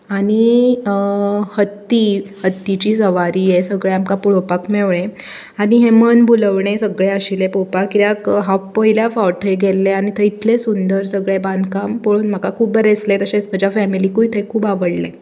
आनी हत्ती हत्तीची सवारी हें सगळें आमकां पळोवपाक मेवळें आनी हें मनभुलोवणें सगलें आशिल्लें पळोवपाक कित्याक हांव पयल्या फावट थंय गेल्लें आनी थंय इतलें सुंदर सगलें बांदकाम पळोवन म्हाका खूब बरें दिसलें तशेंच म्हज्या फॅमिलीकूय थंय खूब आवडलें